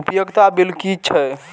उपयोगिता बिल कि छै?